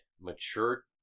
mature